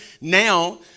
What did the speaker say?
Now